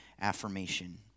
affirmation